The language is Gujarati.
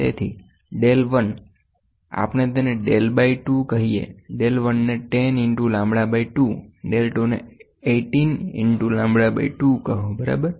તેથી ડેલ 1 તેથી આપણે તેને del બાઈ 2 કહીએ del 1ને 10 ઇન્ટુ લેમ્બડા બાઈ 2 del 2 ને 18 ઇન્ટુ લેમ્બડા બાઈ 2 કહો બરાબર